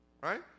right